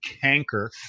canker